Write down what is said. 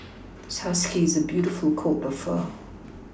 this husky has a beautiful coat of fur